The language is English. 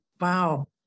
Wow